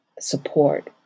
support